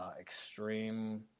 extreme